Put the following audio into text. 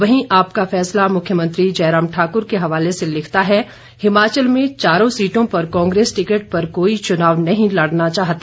वहीं आपका फैसला मुख्यमंत्री जयराम ठाकुर के हवाले से लिखता है हिमाचल में चारों सीटों पर कांग्रेस टिकट पर कोई चुनाव नहीं लड़ना चाहता